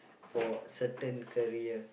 for certain career